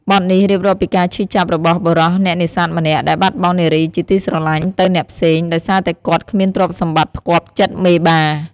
បទនេះរៀបរាប់ពីការឈឺចាប់របស់បុរសអ្នកនេសាទម្នាក់ ដែលបាត់បង់នារីជាទីស្រឡាញ់ទៅអ្នកផ្សេង ដោយសារតែគាត់គ្មានទ្រព្យសម្បត្តិផ្គាប់ចិត្តមេបា។